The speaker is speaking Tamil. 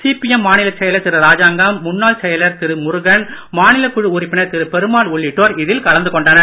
சிபிஎம் மாநிலச் செயலர் திரு ராஜாங்கம் முன்னாள் செயலர் திரு முருகன் மாநிலக் குழு உறுப்பினர் திரு பெருமாள் உள்ளிட்டோர் இதில் கலந்து கொண்டனர்